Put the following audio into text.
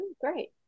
Great